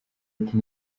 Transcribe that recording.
ati